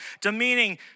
demeaning